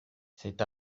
c’est